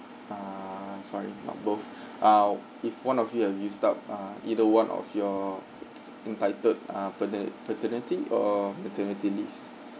ah sorry not both ah if one of you have used up ah either one of your entitled ah pater~ paternity or maternity leaves